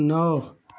नौ